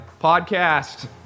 podcast